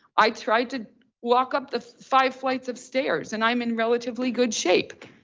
i tried to walk up the five flights of stairs and i'm in relatively good shape.